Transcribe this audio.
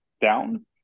down